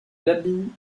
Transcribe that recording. l’abbaye